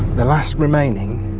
the last remaining